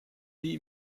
lieh